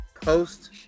post